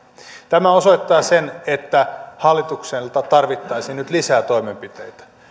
tämä osoittaa sen että hallitukselta tarvittaisiin nyt lisää toimenpiteitä